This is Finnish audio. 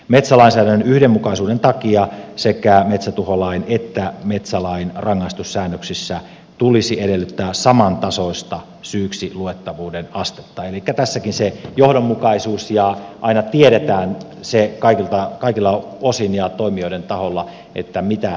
metsälainsäädännön yhdenmukaisuuden takia sekä metsätuholain että metsälain rangaistussäännöksissä tulisi edellyttää samantasoista syyksiluettavuuden astetta elikkä tässäkin on se johdonmukaisuus että aina tiedetään kaikilta osin ja toimijoiden taholla mitä seuraa mistäkin